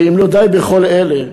ואם לא די בכל אלה,